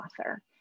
author